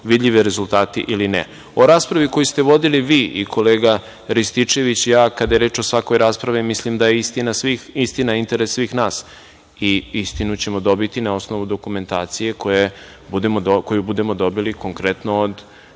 vidljivi rezultati ili ne.O raspravi koju ste vodili vi i kolega Rističević, ja, kada je reč o svakoj raspravi, mislim da je istina interes svih nas i istinu ćemo dobiti na osnovu dokumentacije koju budemo dobili konkretno od